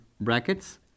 brackets